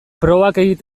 probak